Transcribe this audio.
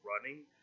running